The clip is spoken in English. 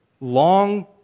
long